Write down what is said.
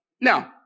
Now